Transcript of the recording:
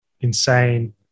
insane